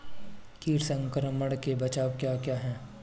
कीट संक्रमण के बचाव क्या क्या हैं?